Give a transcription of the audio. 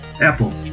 Apple